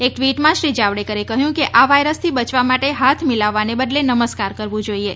એક ટ્વીટમાં શ્રી જાવડેકરે કહ્યું કે આ વાયરસથી બચવા માટે હાથ મિલાવવા ને બદલે નમસ્કાર કરવું જોઇએ